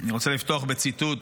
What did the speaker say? אני רוצה לפתוח בציטוט